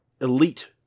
elite